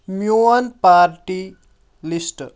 میون party list